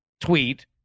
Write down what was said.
Tweet